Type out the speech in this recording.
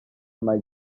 might